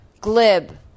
Glib